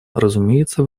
разумеется